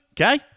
Okay